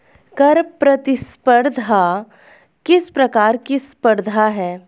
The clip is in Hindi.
कर प्रतिस्पर्धा किस प्रकार की स्पर्धा है?